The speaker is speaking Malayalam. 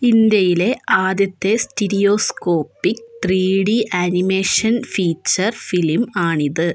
ഇന്ത്യയിലെ ആദ്യത്തെ stereoscopic three D animation feature film ആണിത്